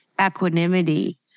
equanimity